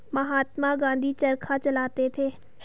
महात्मा गांधी चरखा चलाते थे